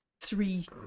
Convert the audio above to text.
three